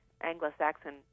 Anglo-Saxon